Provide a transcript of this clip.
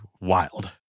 wild